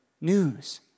News